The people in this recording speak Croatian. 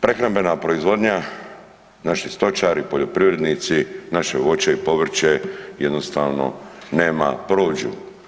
Prehrambena proizvodnja, naši stočari, poljoprivrednici, naše voće i povrće, jednostavno nema prođu.